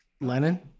Lennon